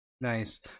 Nice